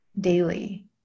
daily